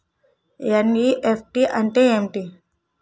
NEFT అంటే ఏమిటి?